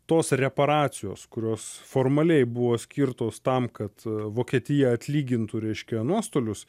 tos reparacijos kurios formaliai buvo skirtos tam kad vokietija atlygintų reiškia nuostolius